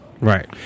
Right